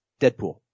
Deadpool